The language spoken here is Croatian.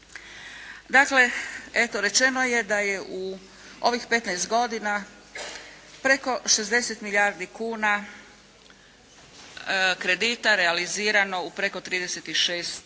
Dakle, eto rečeno je da je u ovih 15 godina preko 60 milijardi kuna kredita realizirano u preko 36 tisuća